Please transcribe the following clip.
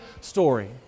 story